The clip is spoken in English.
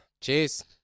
Cheers